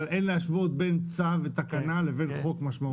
אבל אין להשוות בין צו ותקנה לבין חוק משמעותי.